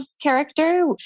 character